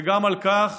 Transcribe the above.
וגם על כך